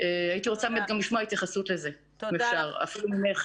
הייתי רוצה לשמוע התייחסות לזה, אפילו ממך,